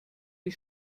die